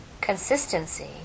consistency